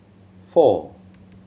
four